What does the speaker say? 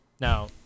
Now